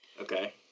Okay